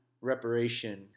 reparation